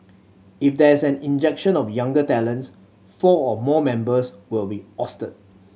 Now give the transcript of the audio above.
if there is an injection of younger talents four or more members will be ousted